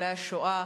ניצולי השואה,